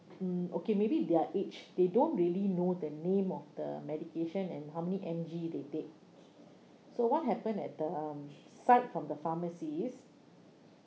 mm okay maybe their age they don't really know the name of the medication and how many M_G they take so what happened at the um side from the pharmacist